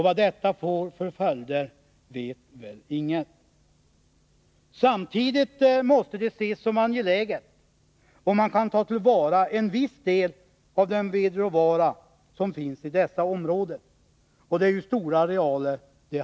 Vad detta får för följder vet väl ingen. Samtidigt måste det anses vara angeläget att kunna ta till vara en viss del av den vedråvara som finns i dessa områden — det handlar ju om stora arealer.